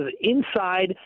inside